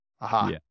Aha